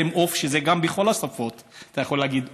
בכל השפות אתה יכול להגיד "אוף",